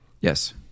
Yes